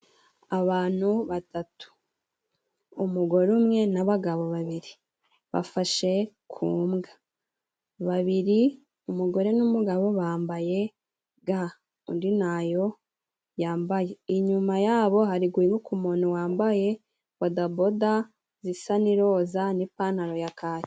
Abantu batatu, umugore umwe n'abagabo babiri, bafashe ku mbwa, babiri, umugore n'umugabo bambaye ga, undi ntayo, inyuma yabo hari guhinguka umuntu wambaye bodaboda zisa n'iroza, n'ipantaro ya kaki.